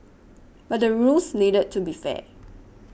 but the rules needed to be fair